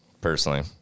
Personally